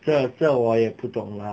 这这我也不懂啦